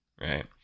right